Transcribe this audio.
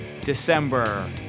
December